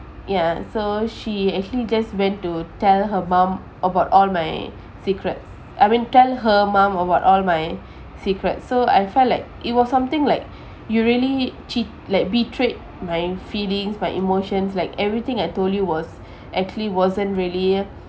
ya so she actually just went to tell her mom about all my secrets I mean tell her mom about all my secrets so I felt like it was something like you really cheat like betrayed my feelings my emotions like everything I told you was actually wasn't really